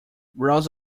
rows